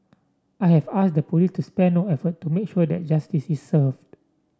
I have asked the police to spare no effort to make sure that justice is served